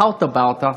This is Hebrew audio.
חארתה ברטה.